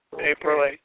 April